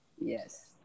Yes